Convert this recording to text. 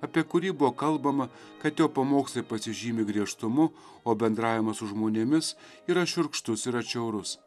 apie kurį buvo kalbama kad jo pamokslai pasižymi griežtumu o bendravimas su žmonėmis yra šiurkštus ir atšiaurus